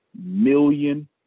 million